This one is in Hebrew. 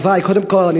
קודם כול,